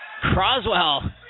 Croswell